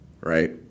right